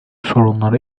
sorunları